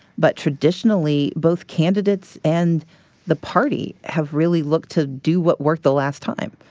but traditionally, both candidates and the party have really looked to do what worked the last time.